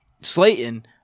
Slayton